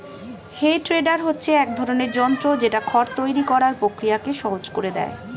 হে tedder হচ্ছে এক ধরণের যন্ত্র যেটা খড় তৈরী করার প্রক্রিয়াকে সহজ করে দেয়